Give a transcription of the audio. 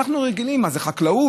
אנחנו רגילים, מה זה, חקלאות?